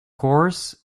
course